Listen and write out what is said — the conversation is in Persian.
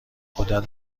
غدد